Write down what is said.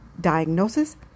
diagnosis